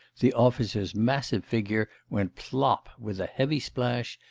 the officer's massive figure went plop with a heavy splash,